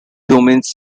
domains